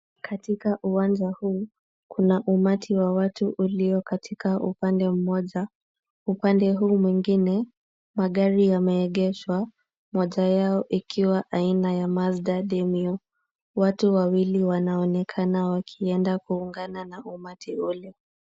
Katika uwanja huu, kuna umati wa watu ulio katika upande mmoja, upande huu mwingine, magari yameegeshwa, moja yao ikiwa aina ya Mazda Demio, watu wawili wanaonekana wakienda kuungana na umati ule.